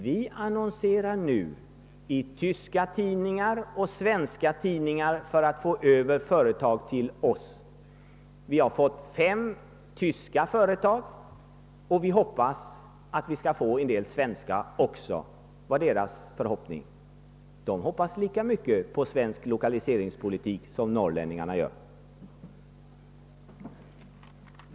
Man hade annonserat i tyska och svenska tidningar för att få över företag till sig. Man hade fått fem tyska företag och trodde att man också skulle få en del svenska. Man hoppades lika mycket på svensk lokalisering som norrlänningarna gör.